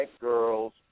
Girls